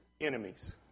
enemies